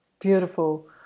beautiful